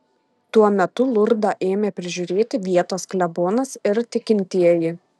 tuo metu lurdą ėmė prižiūrėti vietos klebonas ir tikintieji